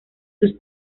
sus